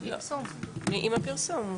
עם הפרסום.